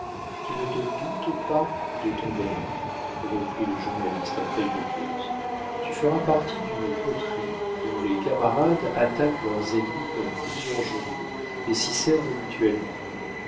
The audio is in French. tu ne te doutes pas de ton bonheur reprit le journaliste après une pause tu feras partie d'une coterie dont les camarades attaquent leurs ennemis dans plusieurs journaux et s'y servent mutuellement